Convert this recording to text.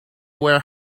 were